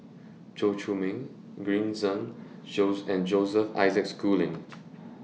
Chow Chee Yong Green Zeng and Joseph Isaac Schooling